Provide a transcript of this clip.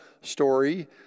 story